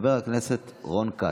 חבר הכנסת רון כץ.